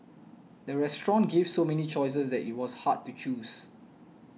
the restaurant gave so many choices that it was hard to choose